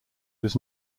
was